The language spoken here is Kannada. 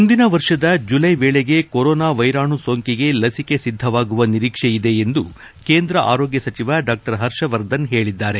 ಮುಂದಿನ ವರ್ಷದ ಜುಲ್ಲೆ ವೇಳೆಗೆ ಕೊರೊನಾ ವ್ಯೆರಾಣು ಸೋಂಕಿಗೆ ಲಸಿಕೆ ಸಿದ್ದವಾಗುವ ನಿರೀಕ್ಷೆಯಿದೆ ಎಂದು ಕೇಂದ್ರ ಆರೋಗ್ಲ ಸಚಿವ ಡಾ ಹರ್ಷವರ್ಧನ್ ಹೇಳಿದ್ದಾರೆ